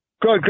good